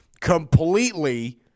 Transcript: completely